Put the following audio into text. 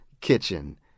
kitchen